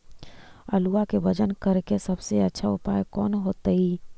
आलुआ के वजन करेके सबसे अच्छा उपाय कौन होतई?